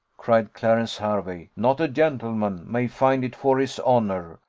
cried clarence hervey, not a gentleman, may find it for his honour,